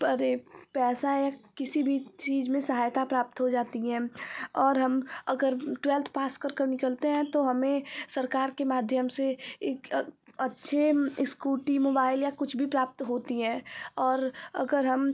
परे पैसा या किसी भी चीज़ में सहायता प्राप्त हो जाती है और हम अगर ट्वेल्थ पास कर कर निकलते हैं तो हमें सरकार के माध्यम से एक अच्छे इस्कूटी मोबाइल या कुछ भी प्राप्त होती है और अगर हम